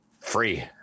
free